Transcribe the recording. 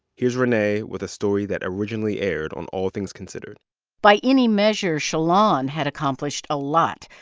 here's renee with a story that originally aired on all things considered by any measure, shalon had accomplished a lot.